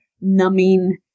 numbing